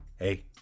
Hey